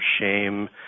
shame